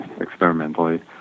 experimentally